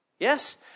Yes